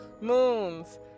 moons